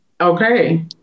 Okay